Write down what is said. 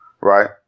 right